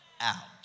out